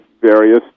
various